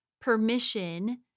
permission